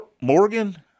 Morgan